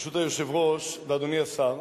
ברשות היושב-ראש ואדוני השר,